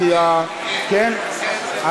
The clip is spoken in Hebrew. כי, כן, כן?